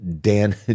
Dan